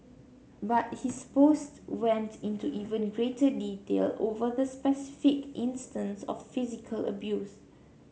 but his post went into even greater detail over the specific instances of physical abuse